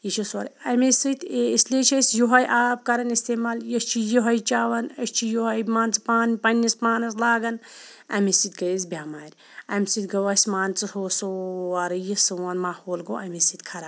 یہِ چھُ سورٕے امے سۭتۍ اسلیے چھِ أسۍ یُہے آب کَران اِستعمال أسۍ چھِ یُہے چیٚوان أسۍ چھِ یُہے مان ژٕ پَننِس پانَس لاگان امے سۭتۍ گٔے اسۍ بیٚمارِ امہِ سۭتۍ گوٚو اَسہِ مان ژٕ ہُہ سورٕے یہِ سون ماحول گوٚو امے سۭتۍ خَراب